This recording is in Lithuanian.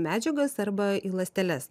medžiagas arba į ląsteles